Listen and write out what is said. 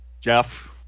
Jeff